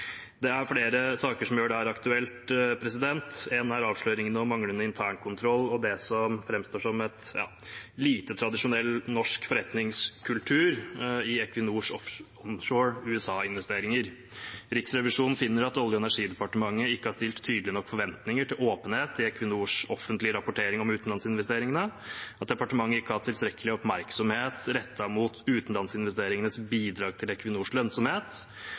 Det er flere saker som gjør dette aktuelt, en er avsløringene om manglende internkontroll og det som framstår som en lite tradisjonell norsk forretningskultur i Equinors onshore USA-investeringer. Riksrevisjonen finner at Olje- og energidepartementet ikke har stilt tydelige nok forventninger til åpenhet i Equinors offentlige rapporteringer om utenlandsinvesteringene, at departementet ikke har hatt tilstrekkelig oppmerksomhet rettet mot utenlandsinvesteringenes bidrag til Equinors lønnsomhet,